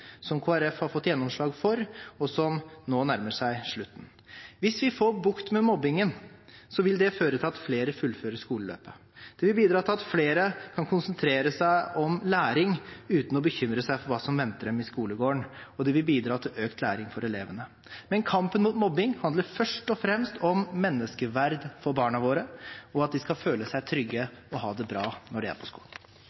Kristelig Folkeparti har fått gjennomslag for, og som nå nærmer seg slutten. Hvis vi får bukt med mobbingen, vil det føre til at flere fullfører skoleløpet. Det vil bidra til at flere kan konsentrere seg om læring uten å bekymre seg for hva som venter dem i skolegården, og det vil bidra til økt læring hos elevene. Men kampen mot mobbing handler først og fremst om menneskeverd for barna våre, og at de skal føle seg trygge og ha det bra når de er på skolen.